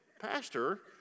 pastor